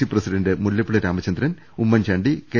C president Mullappally Ramachandran Oommen Chandy K